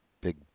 big